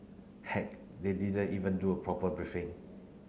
heck they didn't even do a proper briefing